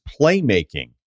playmaking